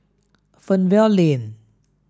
Fernvale Lane